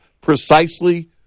precisely